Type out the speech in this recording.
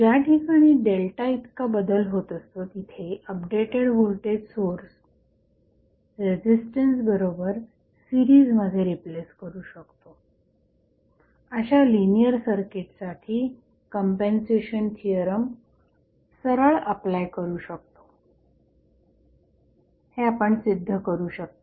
ज्या ठिकाणी Δ इतका बदल होत असतो तिथे अपडेटेड व्होल्टेज सोर्स रेझिस्टन्स बरोबर सीरिजमध्ये रिप्लेस करू शकतो अशा लिनियर सर्किटसाठी कंपेन्सेशन थिअरम सरळ अप्लाय करू शकतो हे आपण सिद्ध करू शकता